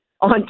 on